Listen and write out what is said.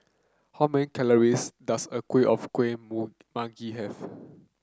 how many calories does a kuih of kuih manggi have